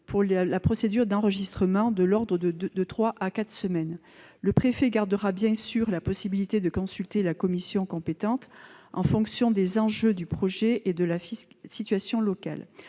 pour la procédure d'enregistrement, de l'ordre de trois à quatre semaines. Le préfet gardera bien sûr la possibilité de consulter la commission compétente, en fonction des enjeux du projet et de la situation locale.